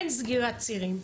אין סגירת צירים,